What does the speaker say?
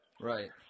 Right